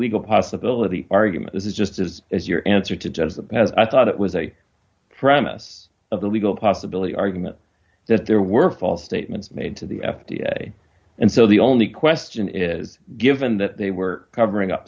legal possibility argument is just as is your answer to judge them as i thought it was a premise of the legal possibility argument that there were false statements made to the f d a and so the only question is given that they were covering up